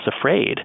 afraid